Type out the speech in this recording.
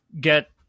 get